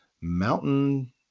mountain